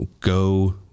Go